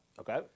Okay